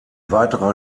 weiterer